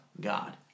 God